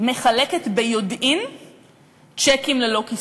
מחלקת ביודעין צ'קים ללא כיסוי.